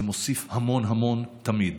זה מוסיף המון המון תמיד.